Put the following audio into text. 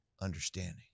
understanding